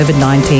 COVID-19